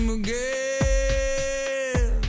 again